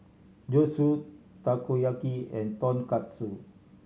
Zosui Takoyaki and Tonkatsu